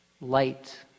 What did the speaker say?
light